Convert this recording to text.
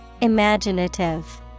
Imaginative